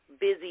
busy